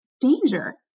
danger